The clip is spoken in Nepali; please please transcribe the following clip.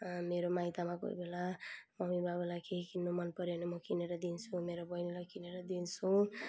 मेरो माइतमा कोही बेला मम्मी बाबालाई केही किन्नु मनपऱ्यो भने म किनेर दिन्छु मेरो बहिनीलाई किनेर दिन्छु